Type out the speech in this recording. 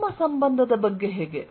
ವಿಲೋಮ ಸಂಬಂಧದ ಬಗ್ಗೆ ಹೇಗೆ